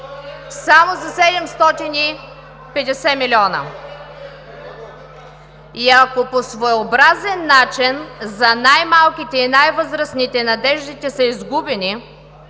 темата! ВЕСКА НЕНЧЕВА: И ако по своеобразен начин за най-малките и най-възрастните надеждите са изгубени,